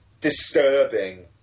disturbing